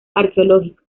arqueológico